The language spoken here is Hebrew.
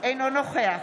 אינו נוכח